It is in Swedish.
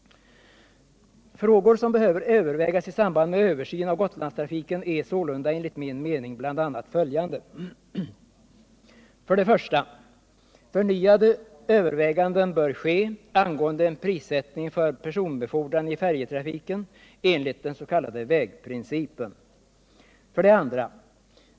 I samband med kommande översyn av Gotlandstrafiken bör sålunda enligt min mening bl.a. följande frågor tas upp: 1. Förnyade överväganden bör ske angående en prissättning för personbefordran i färjetrafiken enligt den s.k. vägprincipen. 2.